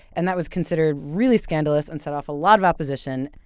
and that was considered really scandalous and set off a lot of opposition.